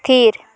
ᱛᱷᱤᱨ